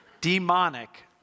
Demonic